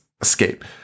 escape